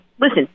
listen